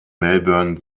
melbourne